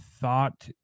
thought